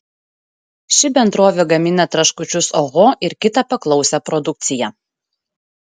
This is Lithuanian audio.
ši bendrovė gamina traškučius oho ir kitą paklausią produkciją